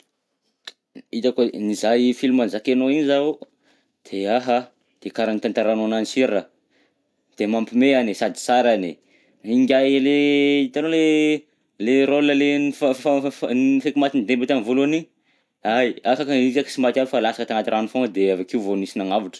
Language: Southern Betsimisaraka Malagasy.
Hitako, nizaha i film nozakainao io zaho, de aha de karaha notantarainao ananjy si raha, de mampimehy any sady tsara any e, ingahy le hitanao le, le rôle le fa saika matin'ny deba tamy voalohany igny, hay afaka i kaiky sy maty aby fa lasaka tagnaty rano foagna de avy akeo vao nisy nagnavotra.